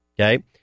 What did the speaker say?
Okay